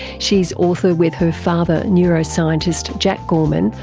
she's author with her father, neuroscientist jack gorman,